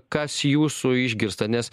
kas jūsų išgirsta nes